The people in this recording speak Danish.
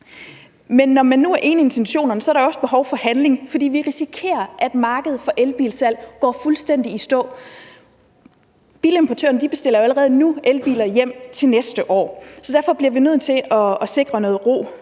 Men når man nu er enige i intentionerne, er der også behov for handling, for vi risikerer, at markedet for elbilsalg går fuldstændig i stå. Bilimportørerne bestiller allerede nu elbiler hjem til næste år, så derfor bliver vi nødt til at sikre noget ro